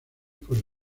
por